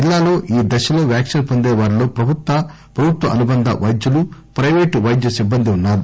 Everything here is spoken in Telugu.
జిల్లాలో ఈ దశలో వ్యాక్పిన్ వొందే వారిలో ప్రభుత్వ ప్రభుత్వ అనునబంధ వైద్యులు ప్రయిపేటు వైద్య సిబ్బంది ఉన్నారు